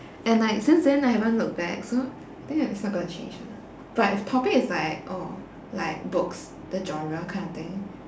and like since then I haven't looked back so think it's not gonna change lah but if topic is like oh like books the genre kind of thing